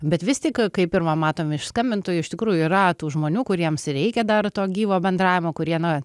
bet vis tik kaip ir va matom iš skambintojų iš tikrųjų yra tų žmonių kuriems reikia dar to gyvo bendravimo kurie na